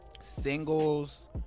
singles